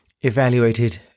evaluated